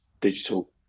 digital